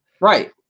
Right